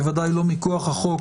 בוודאי לא מכוח החוק,